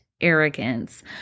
arrogance